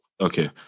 Okay